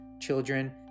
children